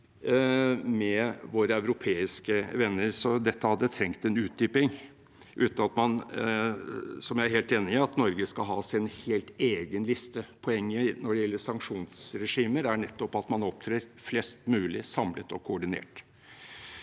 med våre europeiske venner, så dette hadde trengt en utdyping, uten – som jeg er helt enig i – at Norge skal ha sin helt egen liste. Poenget når det gjelder sanksjonsregimer, er nettopp at flest mulig opptrer samlet og koordinert.